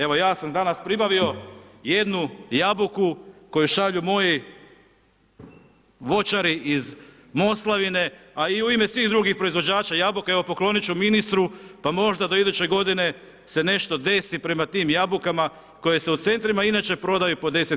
Evo, ja sam danas pribavio jednu jabuku koju šalju moji voćari iz Moslavine, a i u ime svih drugih proizvođača jabuka, evo poklonit ću ministru, pa možda do iduće godine se nešto desi prema tim jabukama koje se u centrima inače prodaju po 10